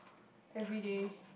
every day